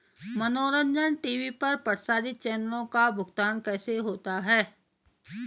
मनोरंजन टी.वी पर प्रसारित चैनलों का भुगतान कैसे होता है?